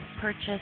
Purchase